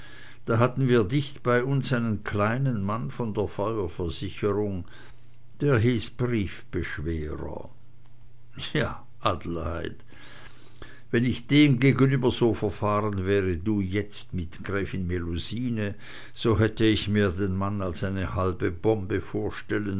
da hatten wir dicht bei uns einen kleinen mann von der feuerversicherung der hieß briefbeschwerer ja adelheid wenn ich dem gegenüber so verfahren wäre wie du jetzt mit gräfin melusine so hätt ich mir den mann als eine halbe bombe vorstellen